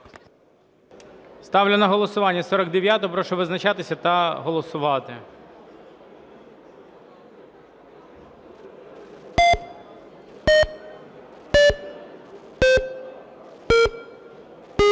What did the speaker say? Ставлю на голосування 49-у. Прошу визначатися та голосувати.